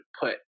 put